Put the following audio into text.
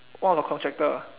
one of the contractor